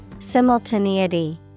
Simultaneity